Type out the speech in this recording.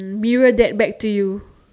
mirror that back to you